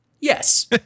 yes